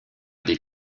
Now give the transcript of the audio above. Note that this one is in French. des